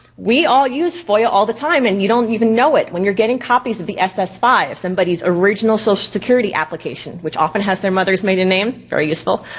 we all use foia all the time and you don't even know it. when you're getting copies of the ss five, somebody's original social security application, which often has their mother's maiden name, very useful.